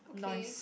nice